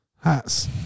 Hats